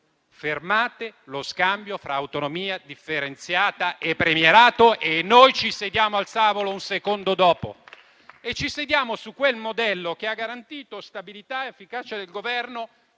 fermate lo scambio fra autonomia differenziata e premierato e noi ci sediamo al tavolo un secondo dopo. Ci sediamo per parlare del modello che ha garantito stabilità ed efficacia del Governo